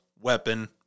weapon